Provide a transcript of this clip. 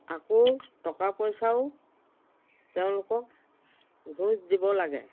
আকৌ টকা পইচাও তেওঁলোকক ঘোচ দিব লাগে